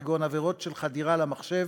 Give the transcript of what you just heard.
כגון עבירות של חדירה למחשב,